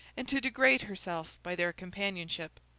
and to degrade herself by their companionship.